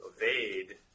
evade